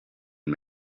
and